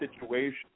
situation